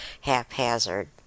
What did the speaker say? haphazard